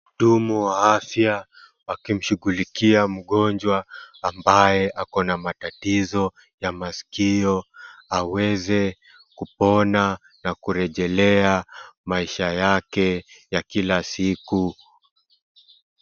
Mhudumu ya afya akimshughulikia mgonjwa ambaye ako na matatizo ya masikio aweze kupona na kurejelea maisha yake ya kila siku.